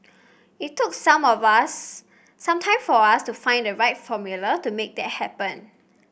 it took some of us some time for us to find the right formula to make that happen